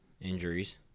injuries